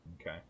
Okay